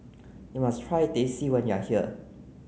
you must try Teh C when you are here